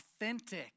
authentic